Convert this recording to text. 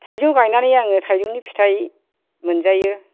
थाइजौ गायनानै आङो थाइजौनि फिथाय मोनजायो